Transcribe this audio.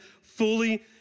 fully